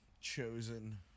chosen